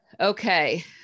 Okay